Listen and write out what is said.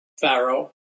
Pharaoh